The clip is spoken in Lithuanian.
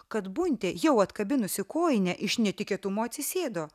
kad buntė jau atkabinusi kojinę iš netikėtumo atsisėdo